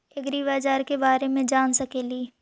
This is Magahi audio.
ऐग्रिबाजार के बारे मे जान सकेली?